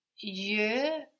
Je